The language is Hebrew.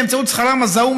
באמצעות שכרם הזעום,